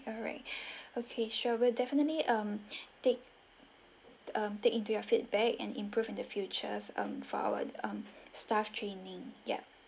alright okay sure we will definitely um take um take into your feedback and improve in the futures um for our um staff training yup